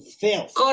filth